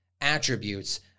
attributes